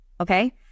okay